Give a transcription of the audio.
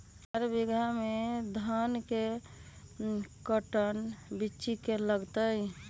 चार बीघा में धन के कर्टन बिच्ची लगतै?